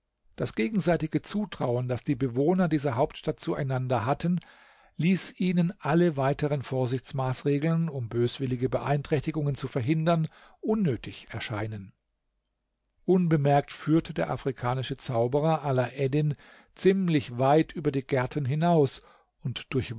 das gegenseitige zutrauen das die bewohner dieser hauptstadt zueinander hatten ließ ihnen alle weiteren vorsichtsmaßregeln um böswillige beeinträchtigungen zu verhindern unnötig erscheinen unbemerkt führte der afrikanische zauberer alaeddin ziemlich weit über die gärten hinaus und